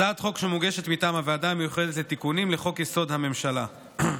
הצעת חוק שמוגשת מטעם הוועדה המיוחדת לתיקונים לחוק-יסוד: הממשלה.